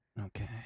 Okay